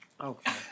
Okay